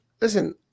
listen